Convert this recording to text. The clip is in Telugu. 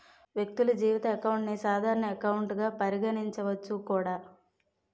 వ్యక్తులు జీతం అకౌంట్ ని సాధారణ ఎకౌంట్ గా పరిగణించవచ్చు కూడా